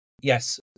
yes